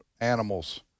animals